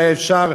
היה אפשר,